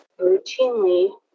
Routinely